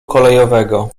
kolejowego